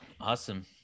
Awesome